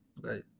right